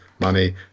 money